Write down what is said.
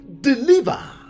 deliver